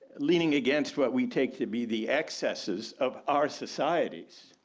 leaning against what we take to be the excesses of our societies.